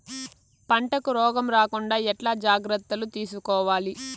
పంటకు రోగం రాకుండా ఎట్లా జాగ్రత్తలు తీసుకోవాలి?